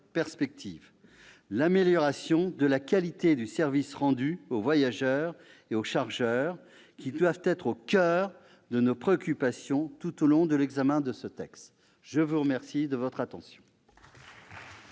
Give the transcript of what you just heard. perspective : l'amélioration de la qualité du service rendu aux voyageurs et aux chargeurs, qui doivent être au coeur de nos préoccupations tout au long de l'examen de ce texte. Nous passons à la discussion